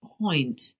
point